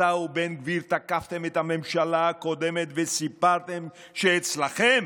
אתה ובן גביר תקפתם את הממשלה הקודמת וסיפרתם שאצלכם